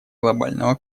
глобального